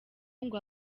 ngo